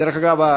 דרך אגב,